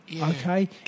okay